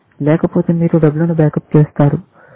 లేకపోతే మీరు W ను బ్యాకప్ చేస్తారు